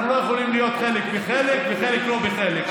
אנחנו לא יכולים חלק כחלק וחלק לא כחלק.